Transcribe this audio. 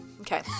Okay